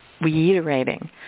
reiterating